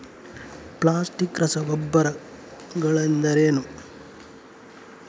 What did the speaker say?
Plastic ರಸಗೊಬ್ಬರಗಳೆಂದರೇನು?